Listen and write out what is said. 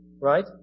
right